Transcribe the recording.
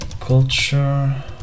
culture